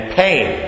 pain